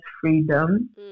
freedom